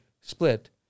split